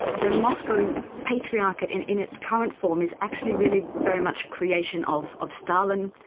the moscow patriarchate in in its current form is actually really very much a creation of of stalin,